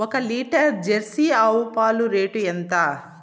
ఒక litre jersey ఆవు పాలు రేటు ఎంత?